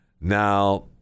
Now